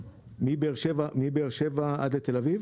מבאר שבע עד לתל אביב?